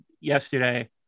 yesterday